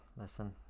Listen